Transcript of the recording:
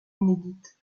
inédite